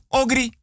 ogri